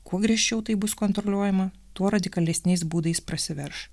kuo griežčiau tai bus kontroliuojama tuo radikalesniais būdais prasiverš